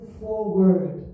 forward